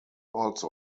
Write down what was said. also